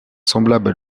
semblables